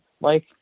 Mike